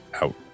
out